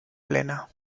plena